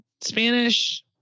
Spanish